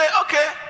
okay